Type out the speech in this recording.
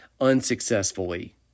unsuccessfully